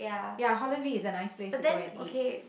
ya Holland-V is a nice place to go and eat